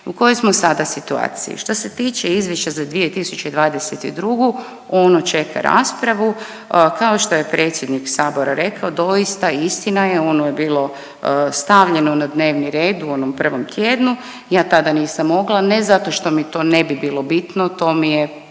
U kojoj smo sada situaciji? Što se tiče izvješća za 2022. ono čeka raspravu kao što je predsjednik sabora rekao doista, istina je ono je bilo stavljeno na dnevni red u onom prvom tjednu. Ja tada nisam mogla, ne zato što mi to ne bi bilo bitno, to mi je